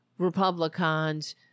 republicans